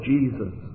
Jesus